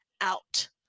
out